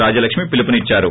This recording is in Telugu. రాజ్యలక్ష్మీ పిలుపునిచ్చారు